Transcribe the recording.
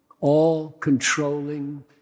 all-controlling